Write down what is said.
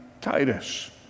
Titus